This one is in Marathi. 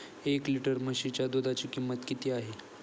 एक लिटर म्हशीच्या दुधाची किंमत किती आहे?